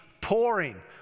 pouring